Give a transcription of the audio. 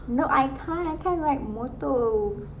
no I can't I can't ride motors